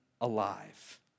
alive